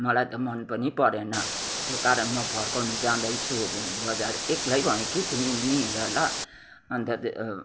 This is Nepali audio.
मलाई त मन पनि परेन त्यो कारण म फर्काउनु जाँदैछु बजार एक्लै भएँ कि तिमी पनि हिँड ल अन्त त्यो